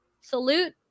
salute